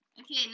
Okay